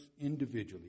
individually